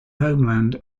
homeland